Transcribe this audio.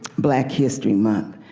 black history month,